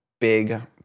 big